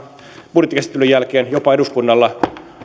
budjettikäsittelyn jälkeen jopa eduskunnalla